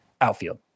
outfield